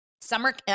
Summer